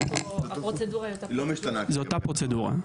זאת אותה פרוצדורה.